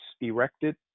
erected